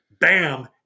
Bam